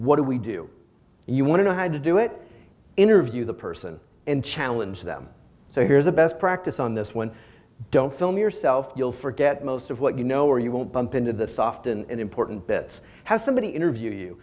what do we do you want to know how to do it interview the person and challenge them so here's a best practice on this one don't film yourself you'll forget most of what you know or you won't bump into the soft and important bits have somebody interview